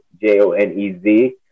J-O-N-E-Z